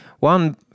One